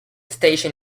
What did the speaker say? station